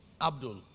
Abdul